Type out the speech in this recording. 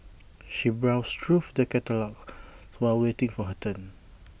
she browsed through the catalogues while waiting for her turn